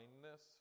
kindness